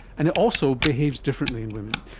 and it also behaves differently and women.